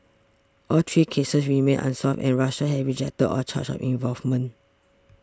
all three cases remain unsolved and Russia has rejected all charges of involvement